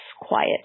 quiet